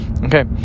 okay